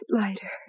lighter